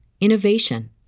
innovation